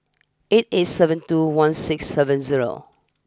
eight eight seven two one six seven zero